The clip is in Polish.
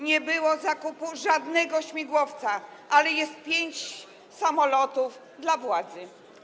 Nie zakupiono żadnego śmigłowca, ale jest pięć samolotów dla władzy.